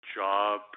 job